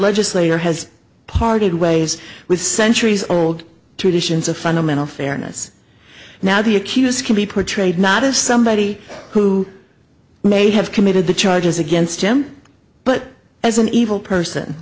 legislature has parted ways with centuries old traditions of fundamental fairness now the accused can be portrayed not as somebody who may have committed the charges against him but as an evil person